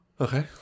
okay